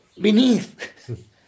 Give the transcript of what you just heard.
beneath